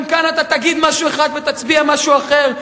גם כאן אתה תגיד משהו אחד ותצביע משהו אחר.